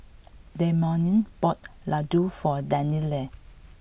Dameon bought Ladoo for Danielle